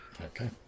Okay